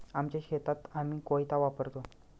आमच्या शेतात आम्ही कोयता वापरतो